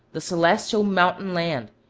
the celestial mountain-land.